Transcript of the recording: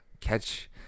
catch